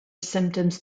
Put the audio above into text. symptoms